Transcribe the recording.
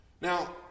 Now